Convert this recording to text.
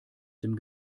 dem